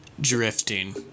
Drifting